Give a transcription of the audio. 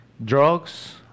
Drugs